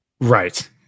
right